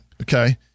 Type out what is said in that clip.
Okay